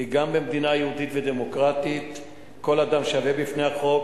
כי גם במדינה יהודית ודמוקרטית כל אדם שווה בפני החוק,